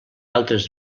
altres